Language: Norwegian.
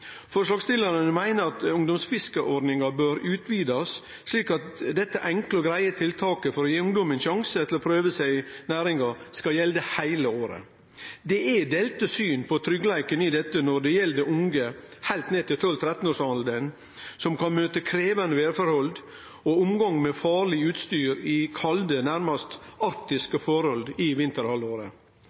meiner at ungdomsfiskeordninga bør bli utvida, slik at dette enkle og greie tiltaket for å gi ungdommen ein sjanse til å prøve seg i næringa skal gjelde heile året. Det er delte syn på tryggleiken i dette når det gjeld unge heilt ned til 12–13-årsalderen, som kan møte krevjande vêrforhold og omgang med farleg utstyr i kalde, nærmast arktiske forhold i vinterhalvåret.